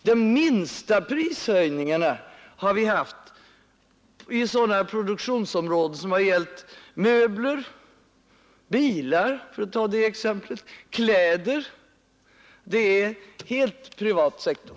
De minsta prishöjningarna har vi haft i produktionsområden som har gällt möbler, bilar — för att ta det exemplet — och kläder, men det är en helt privat sektor.